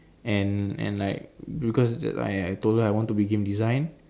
and and like because I I told her I want to be game design